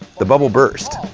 the bubble burst.